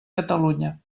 catalunya